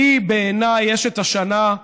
שהיא בעיניי אשת השנה,